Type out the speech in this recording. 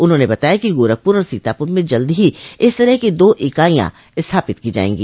उन्होंने बताया कि गोरखपुर और सीतापुर में जल्द ही इस तरह की दो इकाईयां स्थापित की जायेंगी